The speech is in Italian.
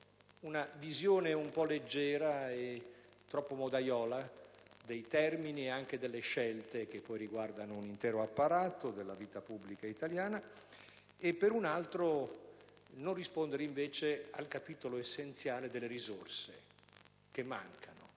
una visione un po' leggera e troppo modaiola dei termini e delle scelte che riguardano un intero apparato della vita pubblica italiana; per un altro, non rispondere invece al capitolo essenziale delle risorse che mancano